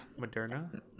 Moderna